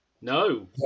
No